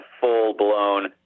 full-blown